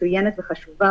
מצוינת וחשובה,